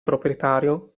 proprietario